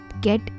get